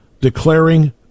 declaring